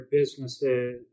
businesses